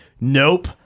nope